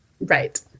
Right